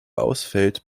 ausfällt